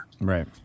Right